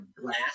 glass